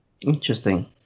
Interesting